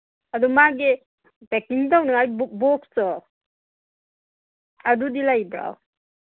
ꯑꯗꯨ ꯃꯥꯒꯤ ꯄꯦꯛꯀꯤꯡ ꯇꯧꯅꯉꯥꯏ ꯕꯣꯛꯁꯇꯣ ꯑꯗꯨꯗꯤ ꯂꯩꯕ꯭ꯔꯣ